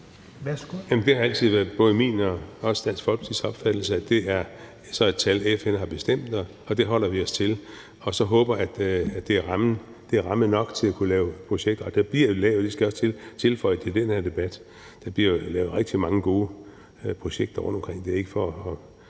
Det har altid været både min og også Dansk Folkepartis opfattelse, at det så er et tal, FN har bestemt, og det holder vi os til, og så håber jeg, at det er ramme nok til at kunne lave projekter, og der bliver jo også – det skal jeg også tilføje i den her debat – lavet rigtig mange gode projekter rundtomkring.